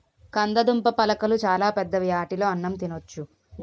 కందదుంపలాకులు చాలా పెద్దవి ఆటిలో అన్నం తినొచ్చు